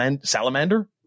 Salamander